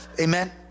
Amen